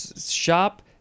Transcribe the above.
shop